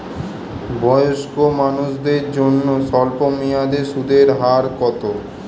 বয়স্ক মানুষদের জন্য স্বল্প মেয়াদে সুদের হার কত?